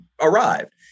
arrived